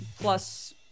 plus